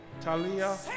Talia